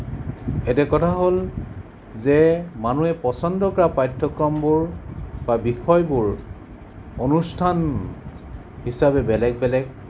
এতিয়া কথা হ'ল যে মানুহে পচন্দ কৰা পাঠ্যক্ৰমবোৰ বা বিষয়বোৰ অনুষ্ঠান হিচাপে বেলেগ বেলেগ